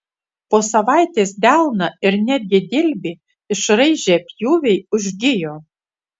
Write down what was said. po savaitės delną ir netgi dilbį išraižę pjūviai užgijo